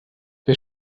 wer